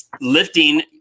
lifting